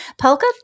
Polka